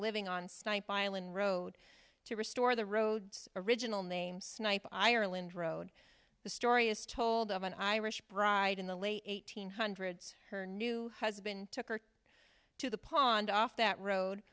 living on violin road to restore the roads original name snipe ireland road the story is told of an irish bride in the late eighteenth hundreds her new husband took her to the pond off that road